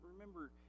remember